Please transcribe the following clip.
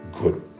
good